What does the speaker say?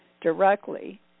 directly